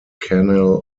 canal